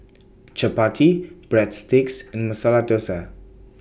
Chapati Breadsticks and Masala Dosa